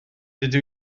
dydw